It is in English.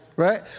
Right